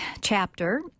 chapter